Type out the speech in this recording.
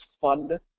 fund